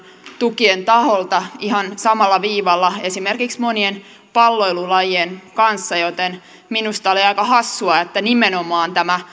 tukien taholta ihan samalla viivalla esimerkiksi monien palloilulajien kanssa joten minusta oli aika hassua että nimenomaan tämä